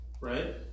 Right